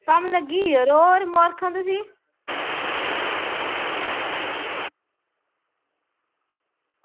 कम्म लग्गी दी ही यरो होर मबारखां तुसेंगी